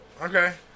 Okay